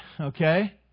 okay